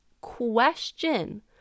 question